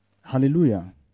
Hallelujah